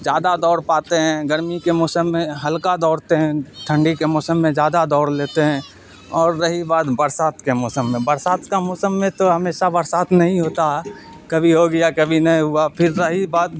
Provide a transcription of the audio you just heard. زیادہ دوڑ پاتے ہیں گرمی کے موسم میں ہلکا دوڑتے ہیں ٹھنڈی کے موسم میں زیادہ دوڑ لیتے ہیں اور رہی بات برسات کے موسم میں برسات کا موسم میں تو ہمیشہ برسات نہیں ہوتا ہے کبھی ہو گیا کبھی نہیں ہوا پھر رہی بات